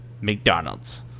McDonald's